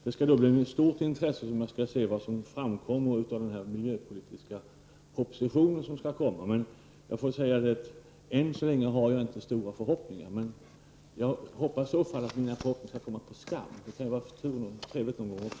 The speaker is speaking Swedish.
Det är med stort intresse som jag ser fram mot den miljöpolitiska propositionen. Jag får dock säga: Än så länge har jag inte stora förhoppningar. Jag hoppas i så fall att mina förhoppningar skall komma på skam -- det kan ju vara trevligt någon gång.